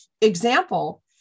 example